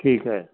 ਠੀਕ ਹੈ